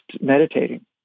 meditating